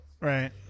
Right